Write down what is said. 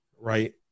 Right